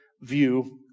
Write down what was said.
view